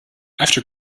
after